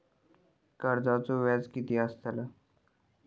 कर्जाचो व्याज कीती असताला?